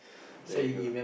there you go